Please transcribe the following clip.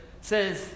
says